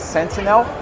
Sentinel